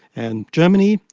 and germany,